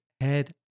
head